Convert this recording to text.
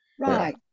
Right